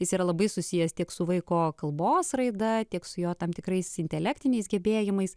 jis yra labai susijęs tiek su vaiko kalbos raida tiek su jo tam tikrais intelektiniais gebėjimais